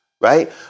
Right